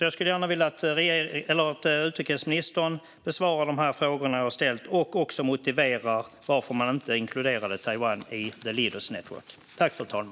Jag skulle gärna vilja att utrikesministern svarar på de frågor jag har ställt och också motiverar varför man inte inkluderade Taiwan i the Leaders Network.